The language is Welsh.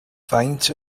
faint